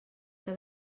que